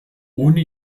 ohne